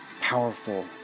powerful